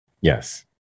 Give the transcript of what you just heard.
Yes